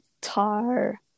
Tar